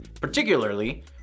particularly